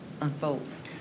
unfolds